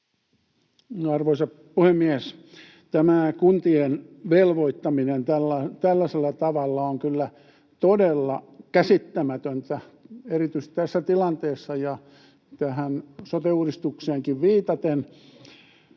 Arvoisa puhemies! Kuntien velvoittaminen tällaisella tavalla on kyllä todella käsittämätöntä erityisesti tässä tilanteessa ja tähän sote-uudistukseenkin viitaten.